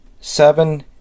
seven